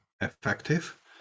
effective